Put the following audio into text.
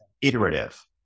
iterative